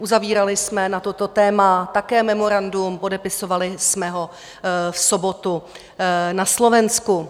Uzavírali jsme na toto téma také memorandum, podepisovali jsme ho v sobotu na Slovensku.